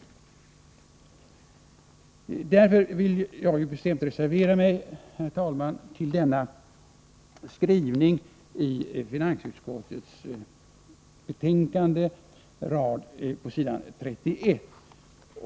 Jag vill därför, herr talman, bestämt reservera mig mot den berörda skrivningen i finansutskottets betänkande på s. 31.